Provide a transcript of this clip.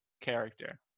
character